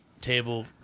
table